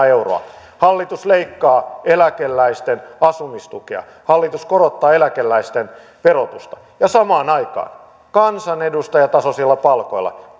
euroa hallitus leikkaa eläkeläisten asumistukea hallitus korottaa eläkeläisten verotusta ja samaan aikaan kansanedustajatasoisilla palkoilla